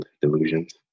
delusions